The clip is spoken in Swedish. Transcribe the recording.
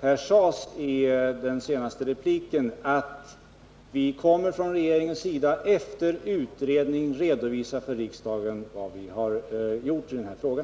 här sades i den senaste repliken, att vi kommer från regeringens sida efter utredning att redovisa för riksdagen vad vi har gjort i den här frågan.